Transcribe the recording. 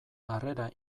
harrera